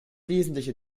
wesentliche